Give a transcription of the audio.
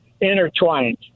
intertwined